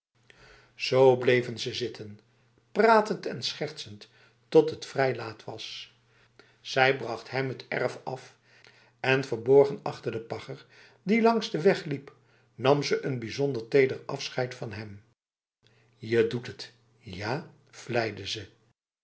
zo bleven ze zitten pratend en schertsend tot het vrij laat was zij bracht hem het erf af en verborgen achter de pagger die langs de weg liep nam ze een bijzonder teder afscheid van hem je doet het ja vleide ze